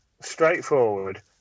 straightforward